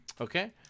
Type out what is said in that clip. Okay